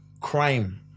crime